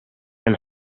and